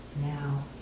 now